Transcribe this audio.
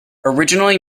originally